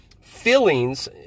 feelings